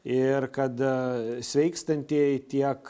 ir kad sveikstantieji tiek